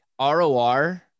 ROR